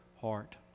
heart